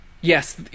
Yes